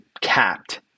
capped